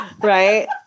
right